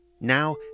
Now